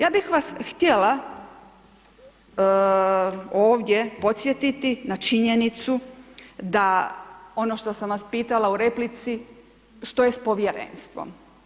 Ja bih vas htjela ovdje podsjetiti na činjenicu, da ono što sam vas pitala u replici, što je sa povjerenstvom?